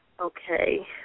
okay